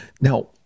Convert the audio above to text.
Now